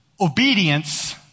Obedience